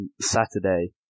Saturday